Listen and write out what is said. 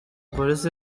polisi